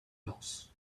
boss